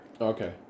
Okay